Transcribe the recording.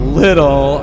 little